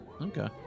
okay